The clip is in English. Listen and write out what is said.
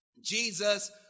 Jesus